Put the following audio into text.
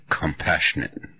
compassionate